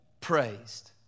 praised